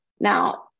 Now